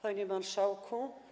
Panie Marszałku!